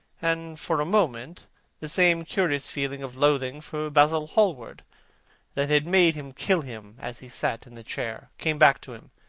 and for a moment the same curious feeling of loathing for basil hallward that had made him kill him as he sat in the chair came back to him,